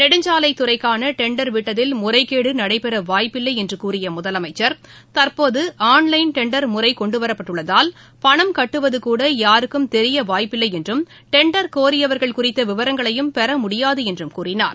நெடுஞ்சாலைத்துறைக்கானடெண்டர் விட்டத்தில் முறைகேடுநடைபெற வாய்ப்பில்லைஎன்றுகூறியமுதலமைச்சர் தற்போதுஆன்லைன் டெண்டர் முறைகொண்டுவரப்பட்டுள்ளதால் பணம் கட்டுவதுகூடயாருக்கும் தெரியவாய்ப்பில்லைஎன்றும் டெண்டர் கோரியவர்கள் குறித்தவிவரங்களையும் பெறமுடியாதுஎன்றும் கூறினார்